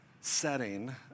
setting